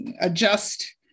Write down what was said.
adjust